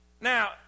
Now